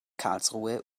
karlsruhe